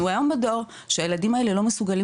אנחנו היום בדור שהילדים האלה לא מסוגלים